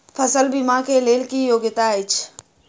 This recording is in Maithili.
फसल बीमा केँ लेल की योग्यता अछि?